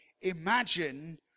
imagine